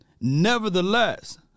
Nevertheless